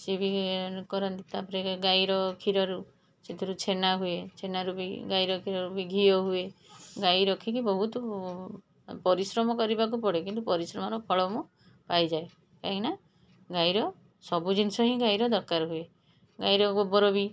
ସିଏ ବି କରନ୍ତି ତା'ପରେ ଗାଈର କ୍ଷୀରରୁ ସେଥିରୁ ଛେନା ହୁଏ ଛେନାରୁ ବି ଗାଈର କ୍ଷୀରରୁ ବି ଘିଅ ହୁଏ ଗାଈ ରଖିକି ବହୁତ ପରିଶ୍ରମ କରିବାକୁ ପଡ଼େ କିନ୍ତୁ ପରିଶ୍ରମର ଫଳ ମୁଁ ପାଇଯାଏ କାହିଁକିନା ଗାଈର ସବୁ ଜିନିଷ ହିଁ ଗାଈର ଦରକାର ହୁଏ ଗାଈର ଗୋବର ବି